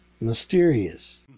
mysterious